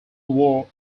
war